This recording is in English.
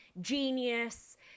genius